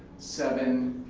seven,